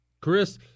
Chris